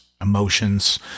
emotions